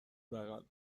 بغل